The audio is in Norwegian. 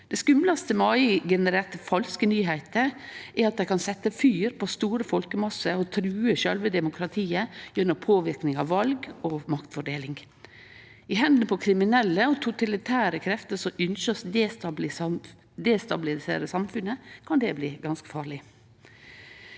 Det skumlaste med KI-genererte falske nyheiter er at dei kan setje fyr på store folkemassar og true sjølve demokratiet gjennom påverknad av val og maktfordeling. I hendene på kriminelle og totalitære krefter som ynskjer å destabilisere samfunnet, kan det bli ganske farleg.